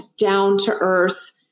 down-to-earth